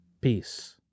peace